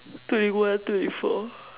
twenty one twenty four